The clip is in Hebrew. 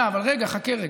אבל רגע, חכה רגע.